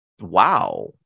wow